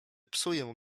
psuję